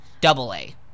Double-A